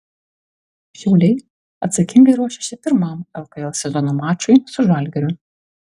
šiauliai atsakingai ruošiasi pirmam lkl sezono mačui su žalgiriu